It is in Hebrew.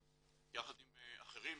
יחד עם אחרים,